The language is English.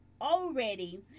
already